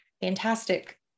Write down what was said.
fantastic